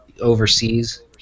overseas